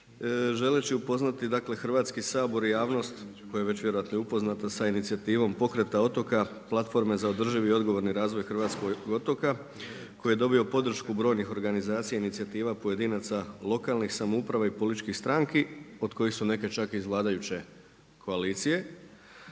Želeći upoznati, dakle Hrvatski sabor i javnost koja je već vjerojatno i upoznata sa inicijativom pokreta otoka platforme za održivi i odgovorni razvoj hrvatskog otoka koji je dobio podršku brojnih organizacija, inicijativa pojedinaca lokalnih samouprava i političkih stranki od kojih su neke čak iz vladajuće koalicije